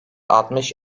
altmış